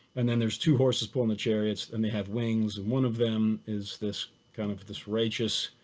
and then there's two horses pulling the chariots and they have wings. and one of them is this kind of this righteous